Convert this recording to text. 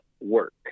work